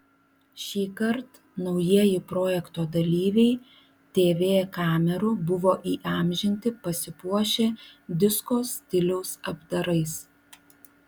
šįkart naujieji projekto dalyviai tv kamerų buvo įamžinti pasipuošę disko stiliaus apdarais